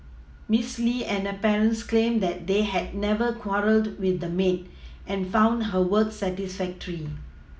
Miss Li and her parents claimed that they had never quarrelled with the maid and found her work satisfactory